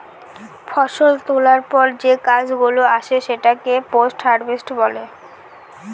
ফষল তোলার পর যে কাজ গুলো আসে সেটাকে পোস্ট হারভেস্ট বলে